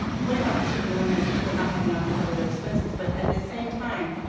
twenty five percent of millennials report not having enough to cover their expenses. but at the same time,